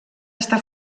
està